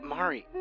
Mari